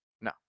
No